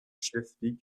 schleswig